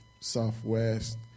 southwest